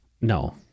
No